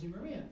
Maria